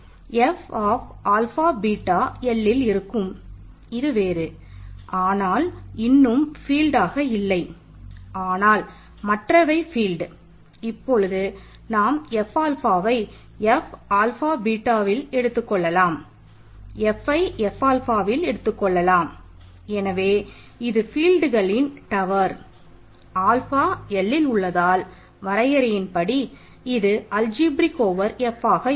F Fஆக இருக்கும்